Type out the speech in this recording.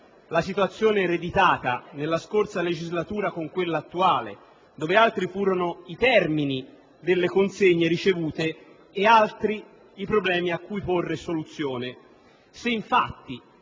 la situazione ereditata nella scorsa legislatura con quella attuale, dove altri furono i termini delle consegne ricevute ed altri i problemi cui porre soluzione.